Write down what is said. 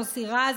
מוסי רז,